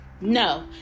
no